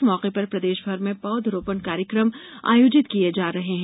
इस मौके पर प्रदेशभर में पौधरोपण कार्यकम आयोजित किये जा रहे हैं